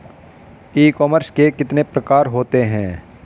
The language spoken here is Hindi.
ई कॉमर्स के कितने प्रकार होते हैं?